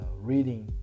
reading